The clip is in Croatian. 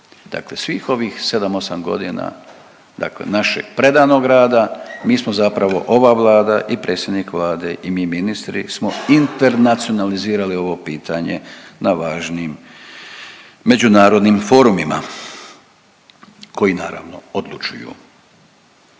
Dakle svih ovih 7, 8 godina dakle našeg predanog rada, mi smo zapravo ova Vlada i predsjednik Vlade i mi ministri smo internacionalizirali ovo pitanje na važnim međunarodnim forumima koji naravno odlučuju